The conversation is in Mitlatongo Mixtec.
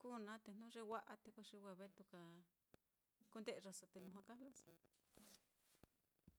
kuu naá, te jnu ye wa'a te ko xi wa vetuka kunde'yaso te lujua kajlaso.